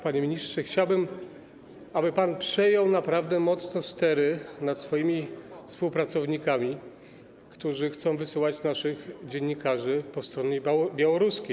Panie ministrze, chciałbym, aby pan przejął naprawdę mocno stery nad swoimi współpracownikami, którzy chcą wysyłać naszych dziennikarzy na stronę białoruską.